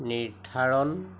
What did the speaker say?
নিৰ্ধাৰণ